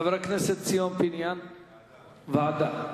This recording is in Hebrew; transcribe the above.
חבר הכנסת ציון פיניאן, ועדה,